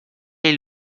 est